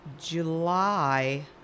july